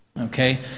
okay